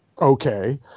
okay